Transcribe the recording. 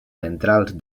centrals